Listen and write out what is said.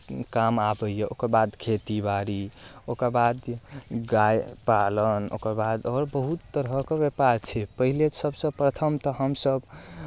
काम आबैए ओकर बाद खेतीबाड़ी ओकर बाद गाय पालन ओकर बाद आओर बहुत तरहके व्यापार छै पहिले सभसँ प्रथम तऽ हमसभ